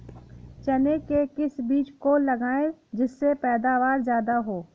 चने के किस बीज को लगाएँ जिससे पैदावार ज्यादा हो?